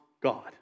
God